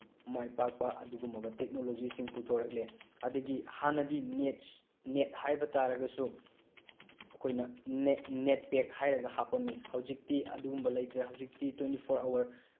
ꯃꯥꯏ ꯄꯥꯛꯄ ꯑꯗꯨꯒꯨꯝꯂꯕ ꯇꯦꯛꯅꯣꯂꯣꯖꯤꯁꯤꯡ ꯄꯨꯊꯣꯔꯛꯂꯦ ꯑꯗꯒꯤ ꯍꯥꯟꯅꯗꯤ ꯅꯦꯠꯁ ꯅꯦꯠ ꯍꯥꯏꯕ ꯇꯥꯔꯒꯁꯨ ꯑꯩꯈꯣꯏꯅ ꯅꯦꯠ ꯄꯦꯛ ꯍꯥꯏꯔꯒ ꯍꯥꯞꯄꯝꯃꯤ ꯍꯧꯖꯤꯛꯇꯤ ꯑꯗꯨꯒꯨꯝꯕ ꯂꯩꯇ꯭ꯔꯦ ꯍꯧꯖꯤꯛꯇꯤ ꯇ꯭ꯋꯦꯟꯇꯤ ꯐꯣꯔ ꯑꯋꯥꯔ